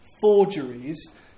forgeries